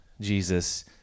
Jesus